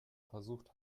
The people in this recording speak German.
versucht